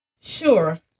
Sure